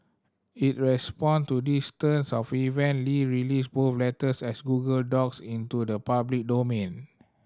in response to this turns of event Li released both letters as Google Docs into the public domain